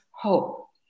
hope